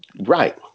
right